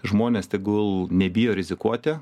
žmonės tegul nebijo rizikuoti